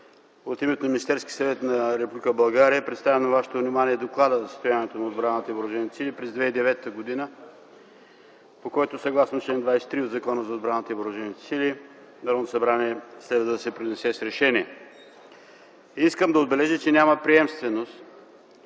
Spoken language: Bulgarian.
От името на Министерския съвет на Република България представям на вашето внимание Доклада за състоянието на отбраната и въоръжените сили през 2009 г., по който съгласно чл. 23 от Закона за отбраната и въоръжените сили Народното събрание следва да се произнесе с решение. Искам да отбележа, че няма приемственост